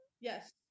Yes